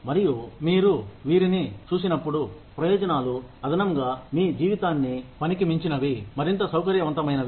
మరియు మీరు వీరిని చూసినప్పుడు ప్రయోజనాలు అదనంగా మీ జీవితాన్ని పనికి మించినవి మరింత సౌకర్యవంతమైనవి